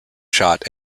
shot